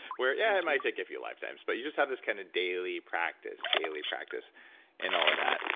where yeah, it might take a few lifetimes, but you just have this kind of daily practice, daily practice in all of that.